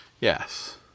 Yes